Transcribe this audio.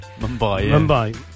Mumbai